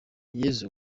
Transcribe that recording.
yezu